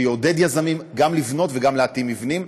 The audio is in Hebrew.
שיעודד יזמים גם לבנות וגם להתאים מבנים,